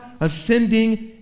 ascending